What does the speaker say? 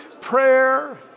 prayer